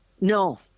No